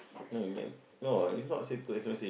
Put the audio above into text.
no no it's not say too expensive